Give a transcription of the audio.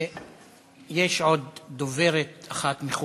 יש עוד דוברת אחת, מכובדת,